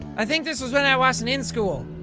i think this was when i wasn't in school.